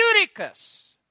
Eutychus